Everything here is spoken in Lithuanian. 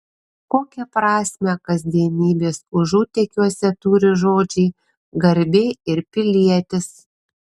kokią prasmę kasdienybės užutėkiuose turi žodžiai garbė ir pilietis